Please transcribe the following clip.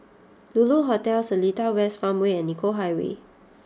Lulu Hotel Seletar West Farmway and Nicoll Highway